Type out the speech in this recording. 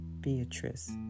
Beatrice